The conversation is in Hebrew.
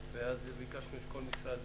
ביקשנו שכל משרד